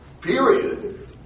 period